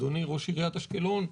אדוני ראש עיריית אשקלון,